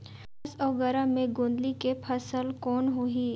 उमस अउ गरम मे गोंदली के फसल कौन होही?